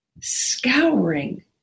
scouring